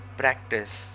practice